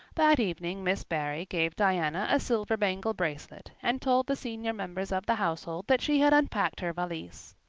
that evening miss barry gave diana a silver bangle bracelet and told the senior members of the household that she had unpacked her valise.